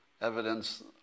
evidence